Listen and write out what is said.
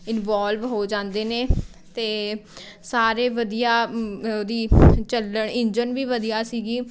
involve ਹੋ ਜਾਂਦੇ ਨੇ ਅਤੇ ਸਾਰੇ ਵਧੀਆ ਉਹਦੀ ਚੱਲਣ ਇੰਜਣ ਵੀ ਵਧੀਆ ਸੀ